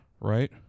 right